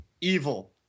evil